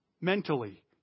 mentally